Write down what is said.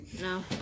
No